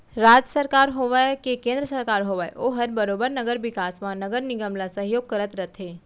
राज सरकार होवय के केन्द्र सरकार होवय ओहर बरोबर नगर बिकास म नगर निगम ल सहयोग करत रथे